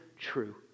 true